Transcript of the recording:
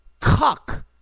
cuck